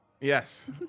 yes